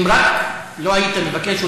אם רק לא היית מבקש,